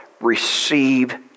Receive